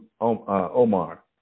Omar